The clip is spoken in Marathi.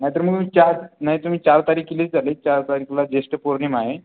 नाही तर मग चार नाही तुम्ही चार तारीख केली चालेल चार तारीखला ज्येष्ठ पौर्णिमा आहे